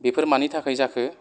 बेफोर मानि थाखाय जाखो